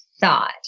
thought